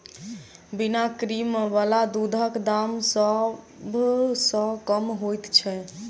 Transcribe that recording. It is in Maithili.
बिना क्रीम बला दूधक दाम सभ सॅ कम होइत छै